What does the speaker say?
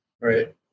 Right